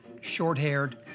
Short-haired